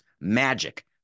Magic